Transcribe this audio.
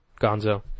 Gonzo